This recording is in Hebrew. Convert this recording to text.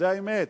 זו האמת.